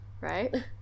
right